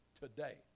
today